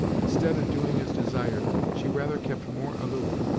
instead of doing as desired, she rather kept more aloof,